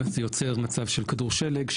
זה יוצר מצב של כדור שלג,